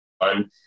one